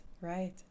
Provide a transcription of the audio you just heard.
right